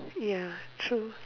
ya true